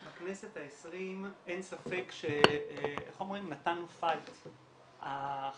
בכנסת ה-20 אין ספק שנתן פייט החזית